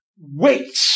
wait